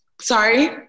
Sorry